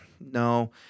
no